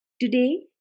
today